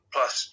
Plus